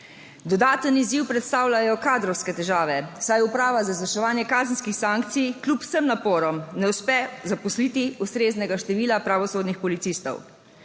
Dodaten izziv predstavljajo kadrovske težave, saj Uprava za izvrševanje kazenskih sankcij kljub vsem naporom ne uspe zaposliti ustreznega števila pravosodnih policistov;